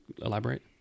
elaborate